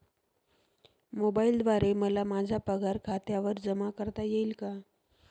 मोबाईलद्वारे मला माझा पगार खात्यावर जमा करता येईल का?